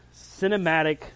cinematic